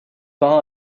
peint